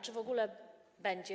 Czy w ogóle będzie?